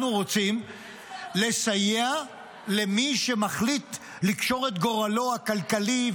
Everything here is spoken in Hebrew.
אנחנו רוצים לסייע למי שמחליט לקשור את גורלו הכלכלי,